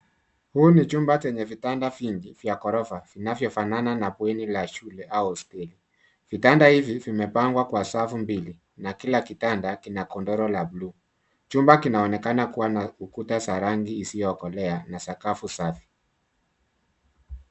Huu ni chumba chenye vitanda vingi vya ghorofa vinavyofanana na bweni la shule au hosteli. Vitanda hivi vimepangwa kwa safu mbili na kila kitanda kina godoro la bluu. Chumba kinaonekana kuwa na ukuta za rangi isiyokolea na sakafu safi.